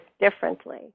differently